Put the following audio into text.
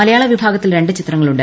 മലയാള വിഭാഗത്തിൽ രണ്ട് ചിത്രങ്ങളുണ്ട്